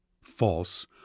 False